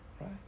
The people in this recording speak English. right